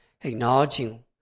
acknowledging